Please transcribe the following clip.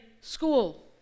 school